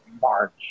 March